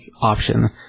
option